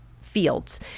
fields